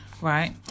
right